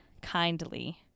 kindly